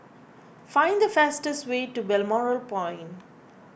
find the fastest way to Balmoral Point